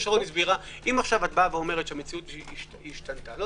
אם את אומרת שהמציאות השתנתה לנו